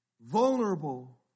vulnerable